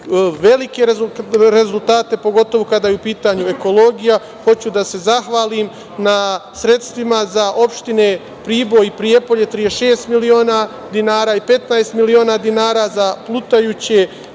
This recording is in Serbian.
velike rezultate pogotovu kada je u pitanju ekologija. Hoću da se zahvalim na sredstvima za opštine Priboj i Prijepolje 66 miliona dinara i 15 miliona dinara za plutajuće